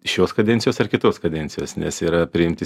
šios kadencijos ar kitos kadencijos nes yra priimti